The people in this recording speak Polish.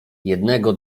jednego